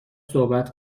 صحبت